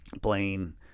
Blaine